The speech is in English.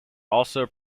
also